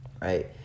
right